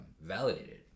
validated